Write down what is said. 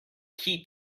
keep